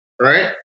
Right